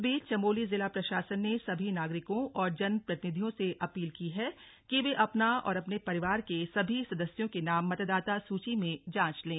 इस बीच चमोली जिला प्रशासन ने सभी नागरिकों और जनप्रतिनिधियों से अपील की है कि वे अपना और अपने परिवार के सभी सदस्यों के नाम मतदाता सूची में जांच लें